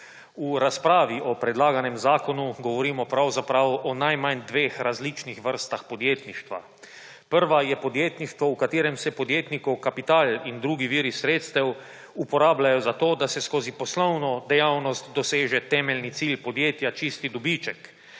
V razpravi o predlaganem zakonu govorimo pravzaprav o najmanj dveh različnih vrstah podjetništva. Prva je podjetništvo, v katerem se podjetnikov kapital in drugi viri sredstev uporabljajo za to, da se skozi poslovno dejavnost doseže temeljni cilj podjetja, čisti dobiček,